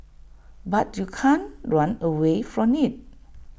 but you can't run away from IT